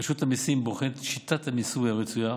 רשות המיסים בוחנת את שיטת המיסוי הרצויה.